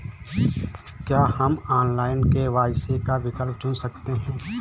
क्या हम online KYC का विकल्प चुन सकते हैं?